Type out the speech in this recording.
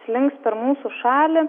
slinks per mūsų šalį